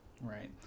Right